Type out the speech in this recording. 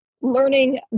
learning